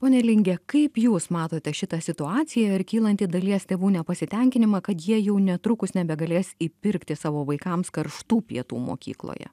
pone linge kaip jūs matote šitą situaciją ir kylantį dalies tėvų nepasitenkinimą kad jie jau netrukus nebegalės įpirkti savo vaikams karštų pietų mokykloje